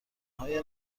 های